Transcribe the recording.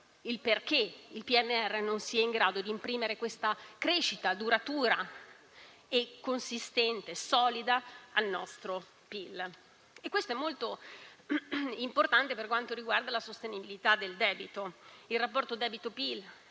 sul perché il PNRR non sia in grado di imprimere una crescita duratura, consistente e solida al nostro PIL. Il PIL è dirimente per quanto riguarda la sostenibilità del debito. Il rapporto debito-PIL